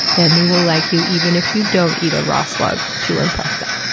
then they will like you even if you don't eat a raw slug to impress them.